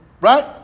Right